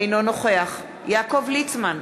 אינו נוכח יעקב ליצמן,